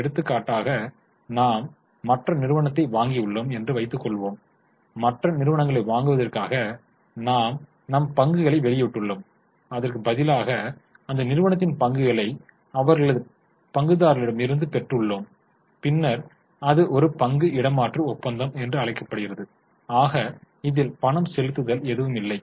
எடுத்துக்காட்டாக நாம் மற்ற நிறுவனத்தை வாங்கியுள்ளோம் என்று வைத்துக்கொள்வோம் மற்ற நிறுவனங்களை வாங்குவதற்காக நாம் நம் பங்குகளை வெளியிட்டுள்ளோம் அதற்கு பதிலாக அந்த நிறுவனத்தின் பங்குகளை அவர்களது பங்குதாரர்களிடம் இருந்து பெற்றுள்ளோம் பின்னர் அது ஒரு பங்கு இடமாற்று ஒப்பந்தம் என்று அழைக்கப்படுகிறது ஆக இதில் பணம் செலுத்துதல் எதுவும் இல்லை